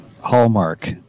Hallmark